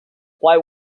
why